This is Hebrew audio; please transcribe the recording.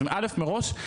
אז א' מראש,